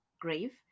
grave